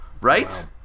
Right